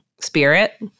spirit